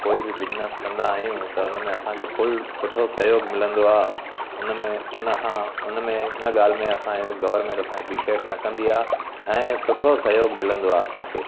कोई बि बिज़नेस कंदा आहियूं त हुनमें असांखे फुल सुठो सहयोग मिलंदो आहे हुनमें उनखां हुनमें इन ॻाल्हि में असांजे गवर्नमेंट असां अप्रिशिएट न कंदी आहे ऐं सुठो सहयोग मिलंदो आहे असांखे